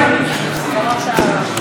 אחד.